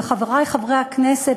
וחברי חברי הכנסת,